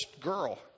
girl